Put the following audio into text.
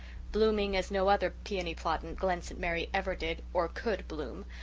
blooming as no other peony plot in glen st. mary ever did or could bloom,